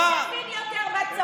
מי מבין יותר בצבא?